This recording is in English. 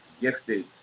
gifted